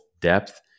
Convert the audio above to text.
depth